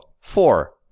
Four